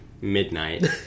midnight